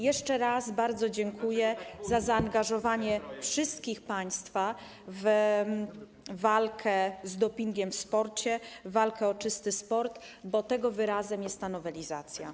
Jeszcze raz bardzo dziękuję za zaangażowanie wszystkich państwa w walkę z dopingiem w sporcie, walkę o czysty sport, bo tego wyrazem jest ta nowelizacja.